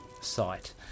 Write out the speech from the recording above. site